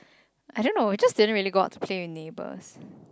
I don't know I just didn't really go out to play with neighbours